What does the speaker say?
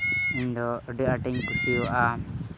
ᱤᱧᱫᱚ ᱟᱹᱰᱤ ᱟᱸᱴᱮᱧ ᱠᱩᱥᱤᱭᱟᱜᱼᱟ